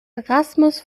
erasmus